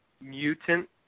mutant